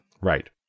Right